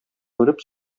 күреп